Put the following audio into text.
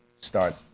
start